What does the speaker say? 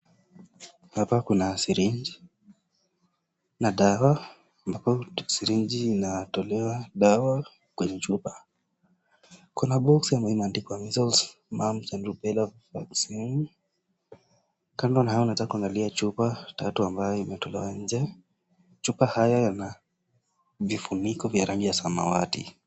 Hapa kuna sirinji na dawa ambapo sirinji inatolewa dawa kwenye chupa. Kuna boksi ambayo imeandikwa measles, mumps and rubella vaccine. Kando na hayo anataka kuangalia chupa ambayo imetolewa nje. Chupa haya yana vifuniko vya rangi ya samawati.